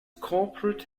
corporate